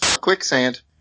quicksand